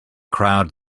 crowd